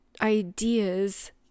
ideas